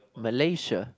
Malaysia